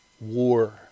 war